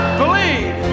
believe